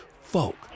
Folk